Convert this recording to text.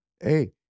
hey